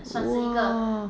!wow!